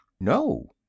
No